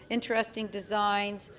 interesting designs,